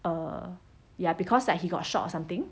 err ya because like he got shot or something